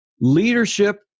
leadership